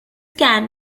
can